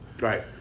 Right